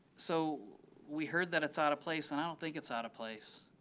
so we heard that it's out of place. and i don't think it's out of place.